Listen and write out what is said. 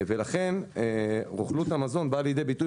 לכן רוכלות המזון באה לידי ביטוי